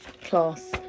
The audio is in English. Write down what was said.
class